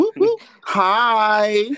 Hi